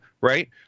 right